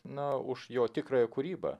na už jo tikrąją kūrybą